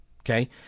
okay